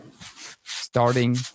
starting